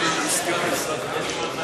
אני עניתי לך בשם הממשלה, הסכם עם משרד התקשורת.